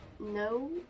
No